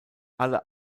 alle